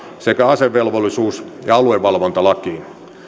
sekä asevelvollisuus ja aluevalvontalakiin